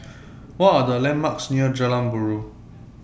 What Are The landmarks near Jalan Buroh